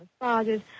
massages